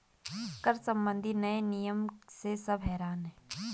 कर संबंधी नए नियम से सब हैरान हैं